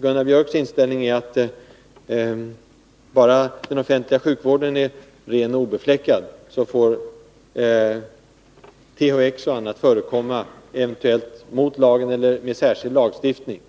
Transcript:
Gunnar Biörcks inställning är att bara den offentliga sjukvården är ren och obefläckad, så får THX och annat förekomma, eventuellt mot lagen eller med särskild lagstiftning.